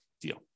deal